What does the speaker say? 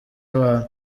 abantu